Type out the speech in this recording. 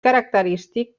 característic